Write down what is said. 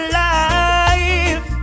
life